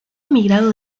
emigrado